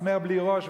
מסמר בלי ראש,